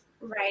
right